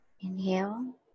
inhale